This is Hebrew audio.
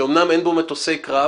שאמנם אין בו מטוסי קרב